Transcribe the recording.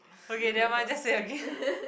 okay nevermind just say again